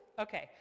Okay